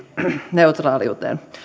neutraaliuteen